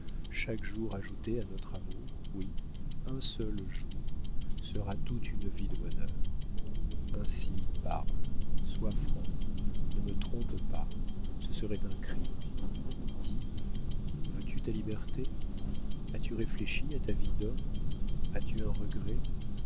chaque jour ajouté à notre amour oui un seul jour sera toute une vie de bonheur ainsi parle sois franc ne me trompe pas ce serait un crime dis veux-tu ta liberté as-tu réfléchi à ta vie d'homme as-tu un regret